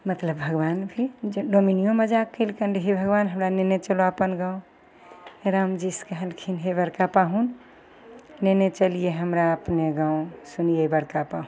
मतलब भगवान भी डोमनियो मजाक कयलकनि हे भगवान हमरा नेने चलह अपन गाँव रामजीसँ कहलखिन हे बड़का पाहुन नेने चलिए हमरा अपने गाँव सुनिए बड़का पाहुन